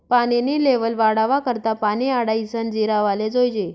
पानी नी लेव्हल वाढावा करता पानी आडायीसन जिरावाले जोयजे